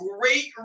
great